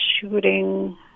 shooting